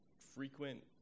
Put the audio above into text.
frequent